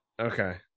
Okay